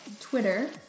Twitter